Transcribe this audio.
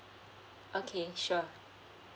okay sure